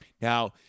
Now